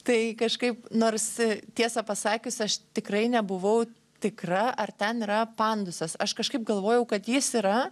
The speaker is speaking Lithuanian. tai kažkaip nors tiesą pasakius aš tikrai nebuvau tikra ar ten yra pandusas aš kažkaip galvojau kad jis yra